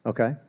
Okay